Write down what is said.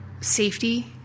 safety